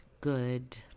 good